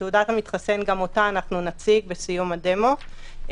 אותה אנחנו נציג בסיום הדמו,